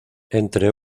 entre